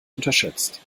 unterschätzt